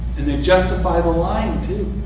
and they justify the lying, too,